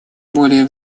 более